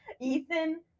Ethan